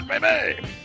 baby